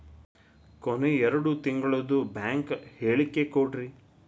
ಕೊನೆ ಎರಡು ತಿಂಗಳದು ಬ್ಯಾಂಕ್ ಹೇಳಕಿ ಕೊಡ್ರಿ